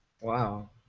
Wow